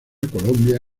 colombia